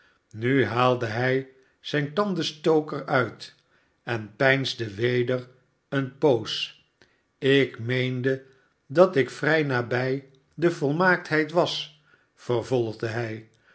nu haalde hij zijn tandenstoker uit en peinsde weder eene poos a ik meende dat ik vrij nabij de volmaaktheid was vervolgde hij